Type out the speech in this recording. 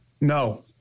no